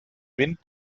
wind